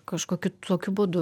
kažkokiu tokiu būdu